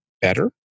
better